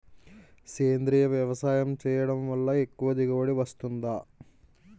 సేంద్రీయ వ్యవసాయం చేయడం వల్ల ఎక్కువ దిగుబడి వస్తుందా?